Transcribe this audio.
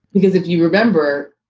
because if you remember,